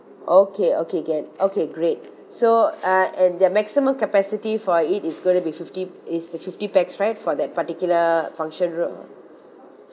okay okay can okay great so uh and the maximum capacity for it is gonna be fifty is the fifty pax right for that particular function room